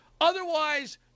Otherwise